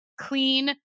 clean